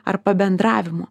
ar pabendravimo